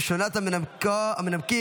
ראשונת המנמקים,